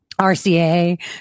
RCA